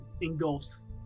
engulfs